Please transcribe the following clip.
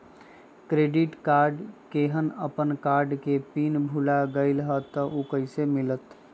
Credit card केहन अपन card के पिन भुला गेलि ह त उ कईसे मिलत?